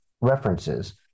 references